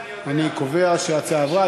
אני קובע שההצעה עברה.